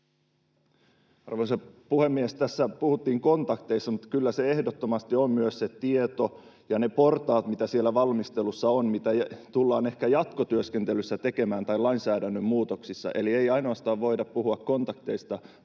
Arvoisa puhemies! Tässä puhuttiin kontakteista, mutta kyllä se ehdottomasti on myös se tieto ja ne portaat, mitä siellä valmistelussa on, mitä tullaan ehkä jatkotyöskentelyssä tekemään tai lainsäädännön muutoksissa. Eli ei ainoastaan voida puhua kontakteista,